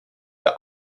the